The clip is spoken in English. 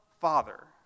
Father